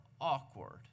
awkward